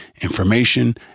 information